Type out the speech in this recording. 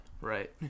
Right